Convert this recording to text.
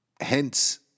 Hence